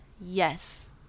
yes